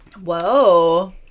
whoa